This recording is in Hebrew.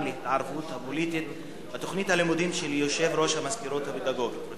להתערבות פוליטית של יושב-ראש המזכירות הפדגוגית בתוכנית הלימודים.